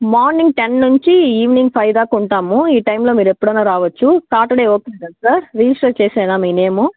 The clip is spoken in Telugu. మార్నింగ్ టెన్ నుంచి ఈవినింగ్ ఫైవ్ దాకా ఉంటాము ఈ టైంలో మీరు ఎప్పుడైనా రావచ్చు సాటర్డే ఓకే కదా సార్ రిజిస్టర్ చేసేయ్యనా మీ నేమ్